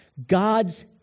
God's